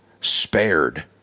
spared